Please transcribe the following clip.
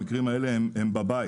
המקרים האלה הם בבית,